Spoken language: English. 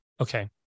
Okay